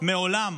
מעולם